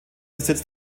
besitz